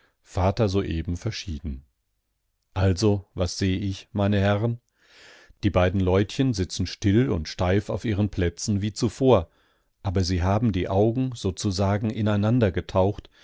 vater soeben verschieden also was seh ich meine herren die beiden leutchen sitzen still und steif auf ihren plätzen wie zuvor aber sie haben die augen sozusagen ineinandergetaucht